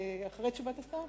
אחרי תשובת השר?